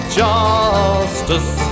justice